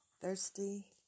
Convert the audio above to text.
thirsty